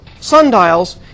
sundials